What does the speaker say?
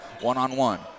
one-on-one